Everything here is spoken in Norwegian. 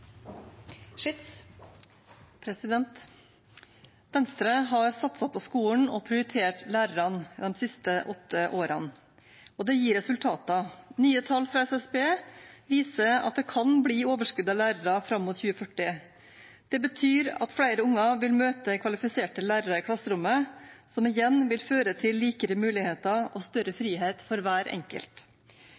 Venstre har satset på skolen og prioritert lærerne de siste åtte årene. Det gir resultater. Nye tall fra SSB viser at det kan bli et overskudd av lærere fram mot 2040. Det betyr at flere unger vil møte kvalifiserte lærere i klasserommet, noe som igjen vil føre til likere muligheter og større frihet for hver enkelt.